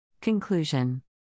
Conclusion